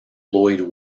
lloyd